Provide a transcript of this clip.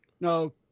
no